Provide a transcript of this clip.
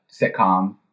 sitcom